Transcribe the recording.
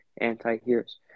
anti-heroes